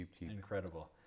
incredible